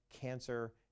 cancer